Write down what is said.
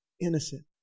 Innocent